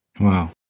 Wow